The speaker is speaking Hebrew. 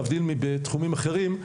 להבדיל מתחומים אחרים,